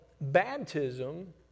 baptism